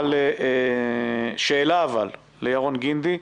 שאלה לירון גינדי,